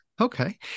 Okay